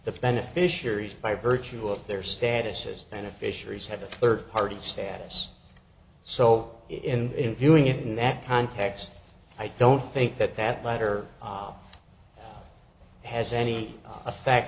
the beneficiaries by virtue of their statuses and of fisheries have a third party status so in viewing it in that context i don't think that that letter has any effect